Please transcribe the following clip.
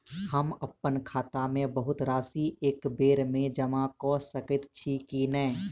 हम अप्पन खाता मे बहुत राशि एकबेर मे जमा कऽ सकैत छी की नै?